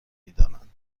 میدانند